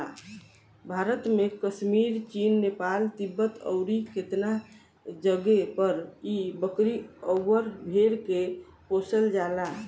भारत में कश्मीर, चीन, नेपाल, तिब्बत अउरु केतना जगे पर इ बकरी अउर भेड़ के पोसल जाला